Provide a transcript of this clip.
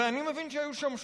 ואני מבין שהיו שם שוטרים.